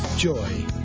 Joy